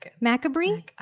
Macabre